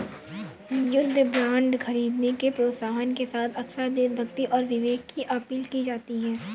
युद्ध बांड खरीदने के प्रोत्साहन के साथ अक्सर देशभक्ति और विवेक की अपील की जाती है